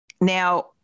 now